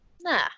Nah